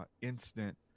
instant